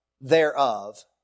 thereof